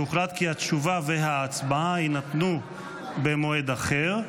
והוחלט שהתשובה וההצבעה יינתנו במועד אחר.